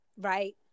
right